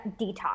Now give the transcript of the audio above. detox